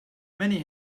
many